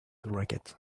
racquet